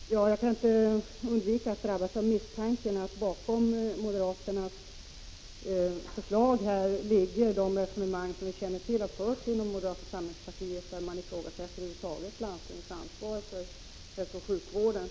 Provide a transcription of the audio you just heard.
Herr talman! Jag kan inte undvika att drabbas av misstanken att det bakom moderaternas förslag ligger sådana resonemang som vi vet har förts inom moderata samlingspartiet, där de över huvud taget ifrågasätter landstingens ansvar för hälsooch sjukvården.